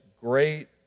great